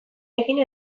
egin